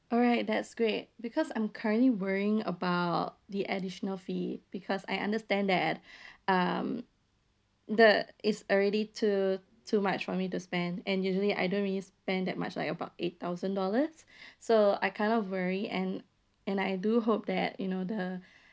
alright that's great because I'm currently worrying about the additional fee because I understand that um the it's already too too much for me to spend and usually I don't really spend that much like about eight thousand dollars so I kind of worry and and I do hope that you know the